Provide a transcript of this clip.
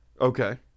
Okay